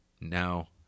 now